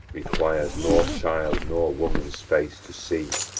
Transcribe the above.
requires nor child nor woman's face to see.